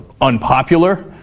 unpopular